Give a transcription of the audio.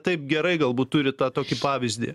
taip gerai galbūt turi tą tokį pavyzdį